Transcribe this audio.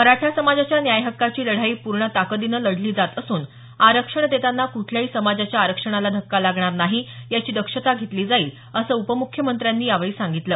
मराठा समाजाच्या न्याय हक्काची लढाई पूर्ण ताकदीनं लढली जात असून आरक्षण देताना कूठल्याही समाजाच्या आरक्षणाला धक्का लागणार नाही याची दक्षता घेतली जाईल असं उपम्ख्यमंत्र्यांनी यावेळी सांगितलं